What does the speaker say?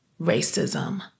Racism